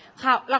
how